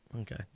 Okay